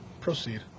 Proceed